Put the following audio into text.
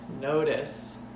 notice